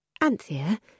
Anthea